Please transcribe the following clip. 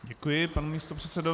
Děkuji panu místopředsedovi.